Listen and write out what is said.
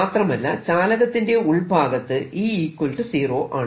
മാത്രമല്ല ചാലകത്തിന്റെ ഉൾഭാഗത്ത് E 0 ആണ്